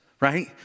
Right